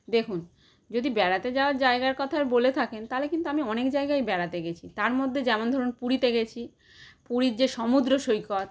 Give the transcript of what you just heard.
দেখুন যদি বেড়াতে যাওয়ার জায়গায় কথা বলে থাকেন তাহলে কিন্তু আমি অনেক জায়গায় বেড়াতে গিয়েছি তার মধ্যে যেমন ধরুন পুরীতে গিয়েছি পুরীর যে সমুদ্র সৈকত